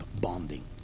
bonding